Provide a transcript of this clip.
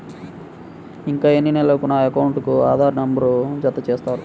ఇంకా ఎన్ని నెలలక నా అకౌంట్కు ఆధార్ నంబర్ను జత చేస్తారు?